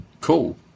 cool